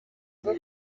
rwo